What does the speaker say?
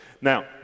Now